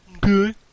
Good